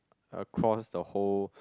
across the whole